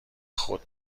خود